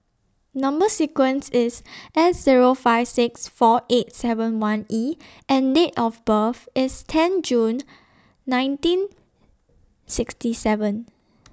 Number sequence IS S Zero five six four eight seven one E and Date of birth IS ten June nineteen sixty seven